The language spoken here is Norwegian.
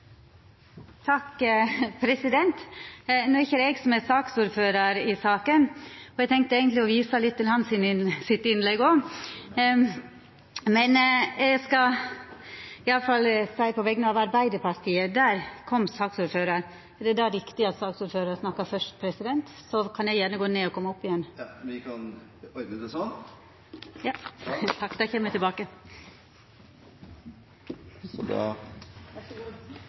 Takk president! No er det ikkje eg som er ordførar for saka, og eg tenkte eigentleg å visa litt til innlegget hans òg. Men eg skal iallfall seia på vegner av Arbeidarpartiet – Der kom saksordføraren! Det er riktig at saksordføraren snakkar først, og då kan eg gjerne gå ned og koma opp igjen. Ja, vi kan ordne det sånn. Ja, og då kjem eg tilbake.